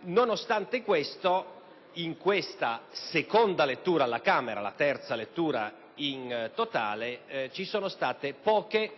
Nonostante ciò, in questa seconda lettura alla Camera - la terza lettura in totale - ci sono state poche